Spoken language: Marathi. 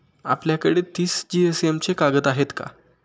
आपल्याकडे तीस जीएसएम चे कागद आहेत का?